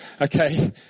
okay